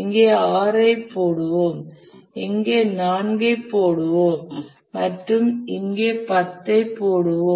இங்கே 6 ஐ போடுவோம் இங்கே 4 ஐ போடுவோம் மற்றும் இங்கே 10 ஐ போடுவோம்